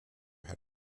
had